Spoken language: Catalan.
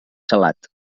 salat